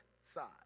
side